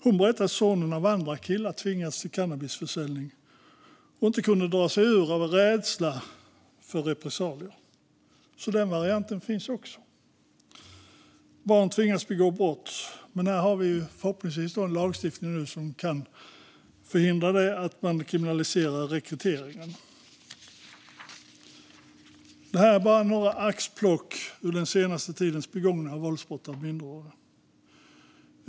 Hon berättade att sonen av andra killar hade tvingats till cannabisförsäljning och inte kunde dra sig ur av rädsla för repressalier. Så den varianten finns också. Barn tvingas begå brott, men här har vi förhoppningsvis en lagstiftning som kan förhindra detta genom att rekryteringen kriminaliseras. Detta var bara ett axplock ur den senaste tidens våldsbrott som begåtts av minderåriga.